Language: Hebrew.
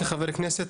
כחבר כנסת,